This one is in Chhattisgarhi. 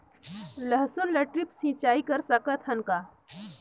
लसुन ल ड्रिप सिंचाई कर सकत हन का?